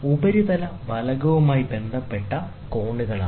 ഉപരിതല ഫലകവുമായി ബന്ധപ്പെട്ട കോണുകളാണിത്